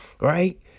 right